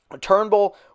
Turnbull